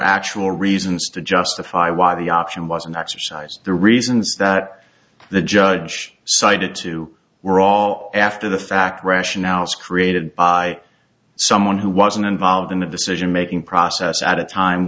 reasons to justify why the option was an exercise the reasons that the judge cited to were all after the fact rationales created by someone who wasn't involved in the decision making process at a time